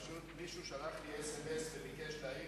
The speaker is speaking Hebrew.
פשוט מישהו שלח לי אס.אם.אס וביקש להעיר